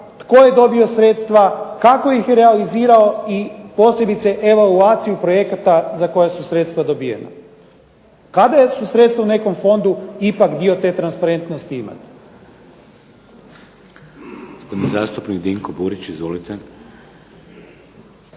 tko je dobio sredstva, kako ih je realizirao i posebice evaluaciju projekata za koja su sredstva dobivena. Kada su sredstva u nekom fondu ipak dio te transparentnosti ima.